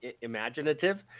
imaginative